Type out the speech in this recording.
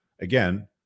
again